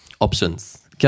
Options